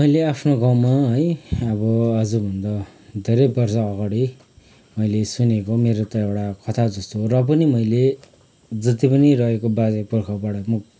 मैले आफ्नो गाँउमा है अब आजभन्दा धेरै वर्ष अगाडि मैले सुनेको मैरो त एउटा कथा जस्तो हो र पनि मैले जति पनि रहेको बाजे पुर्खाबाट मुख